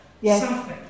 Yes